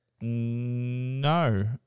No